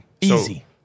easy